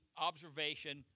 observation